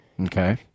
Okay